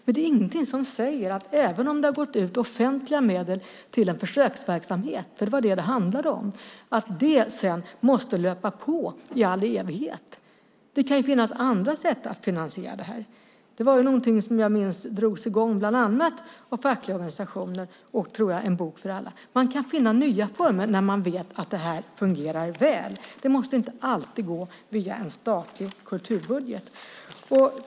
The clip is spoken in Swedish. Men det är ingenting som säger att även om det har gått ut offentliga medel till en försöksverksamhet, för det var det det handlade om, så måste den löpa på i all evighet. Det kan ju finnas andra sätt att finansiera det här. Detta var någonting som jag minns drogs i gång av bland annat fackliga organisationer och En bok för alla. Man kan finna nya former när man vet att det fungerar väl. Det måste inte alltid gå via en statlig kulturbudget.